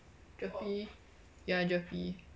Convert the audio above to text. GERPE ya GERPE